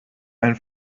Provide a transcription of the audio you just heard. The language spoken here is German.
ein